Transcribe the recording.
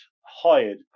hired